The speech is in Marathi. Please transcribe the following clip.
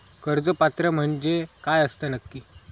कर्ज पात्र म्हणजे काय असता नक्की?